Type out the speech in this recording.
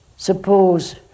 Suppose